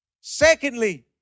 Secondly